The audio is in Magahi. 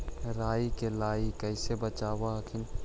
राईया के लाहि कैसे बचाब हखिन?